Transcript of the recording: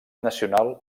nacional